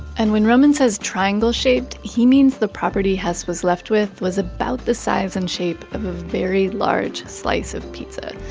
and when roman says triangle shaped, he means the property hess was left with was about the size and shape of a very large slice of pizza.